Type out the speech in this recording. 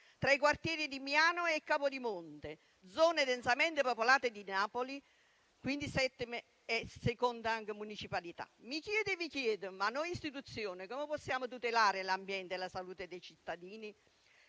tra i quartieri di Miano e Capodimonte, zone densamente popolate di Napoli (settima e seconda municipalità). Mi chiedo e vi chiedo: noi istituzioni come possiamo tutelare l'ambiente e la salute dei cittadini,